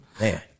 man